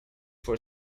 for